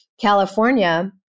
California